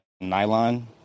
nylon